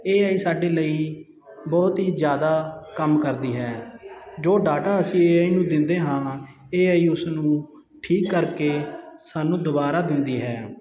ਏੇ I ਸਾਡੇ ਲਈ ਬਹੁਤ ਹੀ ਜਿਆਦਾ ਕੰਮ ਕਰਦੀ ਹੈ ਜੋ ਡਾਟਾ ਅਸੀਂ ਏ ਆਈ ਨੂੰ ਦਿੰਦੇ ਹਾਂ ਏ ਆਈ ਉਸ ਨੂੰ ਠੀਕ ਕਰਕੇ ਸਾਨੂੰ ਦੁਬਾਰਾ ਦਿੰਦੀ ਹੈ